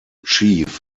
chief